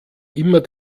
immer